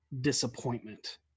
disappointment